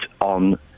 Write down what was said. on